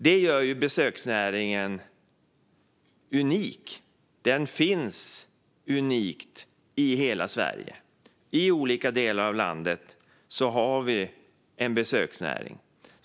Det gör besöksnäringen unik - den finns i hela Sverige. I olika delar av landet har vi en besöksnäring.